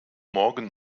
morgen